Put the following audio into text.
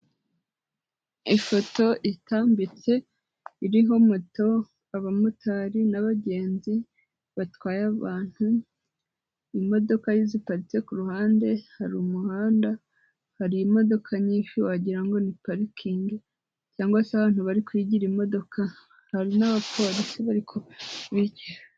Ifoto itambitse iriho moto, abamotari n'abagenzi batwaye abantu, imodoka ziparitse ku ruhande, hari umuhanda hari imodoka nyinshi wagira ngo ni parikingi cyangwa se ahantu bari kugira imodoka hari n'abapolisi bari kubigisha.